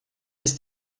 ist